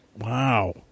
Wow